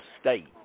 State